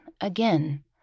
again